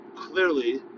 clearly